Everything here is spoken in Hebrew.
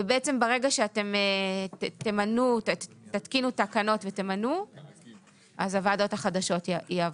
ברגע שאתם תתקינו תקנות ותמנו אז הוועדות החדשות יעבדו.